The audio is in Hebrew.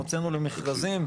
הוצאנו למכרזים.